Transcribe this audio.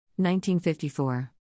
1954